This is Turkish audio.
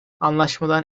anlaşmadan